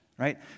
right